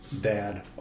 dad